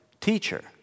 teacher